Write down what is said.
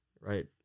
right